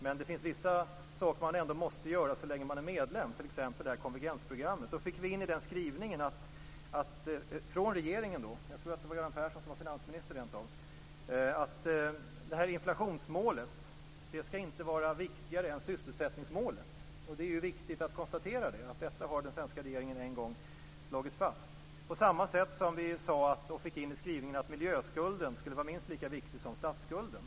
Men det finns vissa saker man ändå måste göra så länge man är medlem, dit hör konvergensprogrammet. Då fick vi i propositionen in den skrivningen från regeringen - jag tror att det rent av var Göran Persson som var finansminister - att inflationsmålet inte skall vara viktigare än sysselsättningsmålet. Det är viktigt att konstatera att detta har den svenska regeringen en gång slagit fast. På samma sätt fick vi in i skrivningen att miljöskulden skulle vara minst lika viktig som statsskulden.